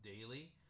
daily